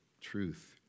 truth